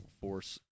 force